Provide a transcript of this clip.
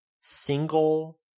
single